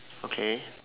okay